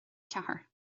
ceathair